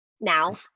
now